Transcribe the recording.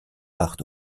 acht